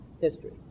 history